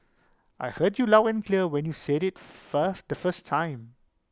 I heard you loud and clear when you said IT first the first time